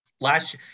Last